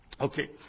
Okay